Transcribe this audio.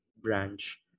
branch